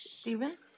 Stephen